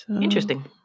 Interesting